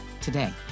Today